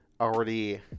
already